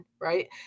right